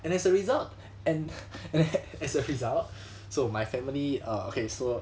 and as a result and and as a result so my family err okay so